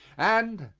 and,